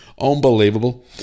Unbelievable